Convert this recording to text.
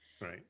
Right